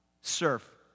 surf